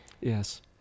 Yes